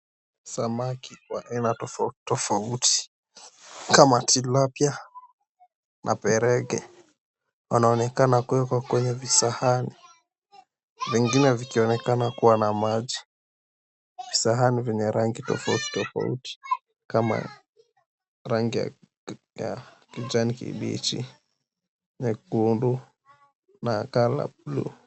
Samaki wa aina tofauti tofauti kama tilapia, maperege wanaonekana kuwekwa kwenye visahani vingine vikionekana kuwa na maji, sahani venye rangi tofauti tofauti kama rangi ya kijani kibichi, nyekundu na colour blue.